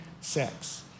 Sex